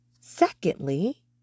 Secondly